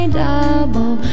double